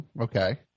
Okay